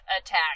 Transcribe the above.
attack